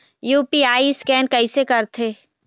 UPI scan कइसे करथे?